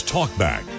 Talkback